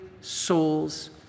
souls